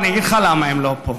אני אגיד לך למה הם לא פה.